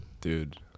Dude